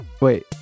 wait